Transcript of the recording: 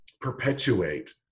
perpetuate